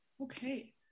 Okay